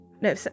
No